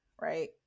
right